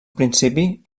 principi